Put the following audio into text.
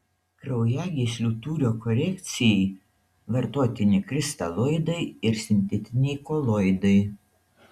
kraujagyslių tūrio korekcijai vartotini kristaloidai ir sintetiniai koloidai